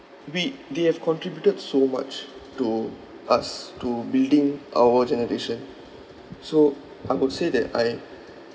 we they have contributed so much to us to building our generation so I would say that I